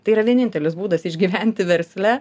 tai yra vienintelis būdas išgyventi versle